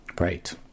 Right